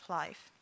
life